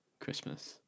Christmas